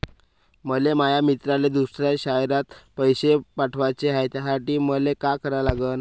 मले माया मित्राले दुसऱ्या शयरात पैसे पाठवाचे हाय, त्यासाठी मले का करा लागन?